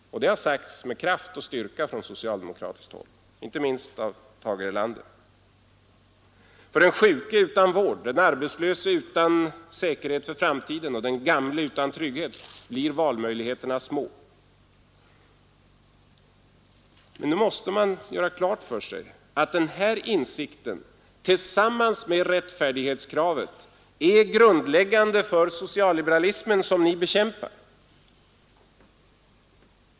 Det har sagts med kraft och styrka från socialdemokratiskt håll, inte minst av Tage Erlander. För den sjuke utan vård, för den arbetslöse utan säkerhet för framtiden och för den gamle utan trygghet blir valmöjligheterna små. Men nu måste man göra klart för sig att den insikten, tillsammans med rättvisekravet, är grundläggande för socialliberalismen, som ni bekämpar.